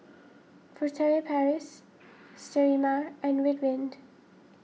Furtere Paris Sterimar and Ridwind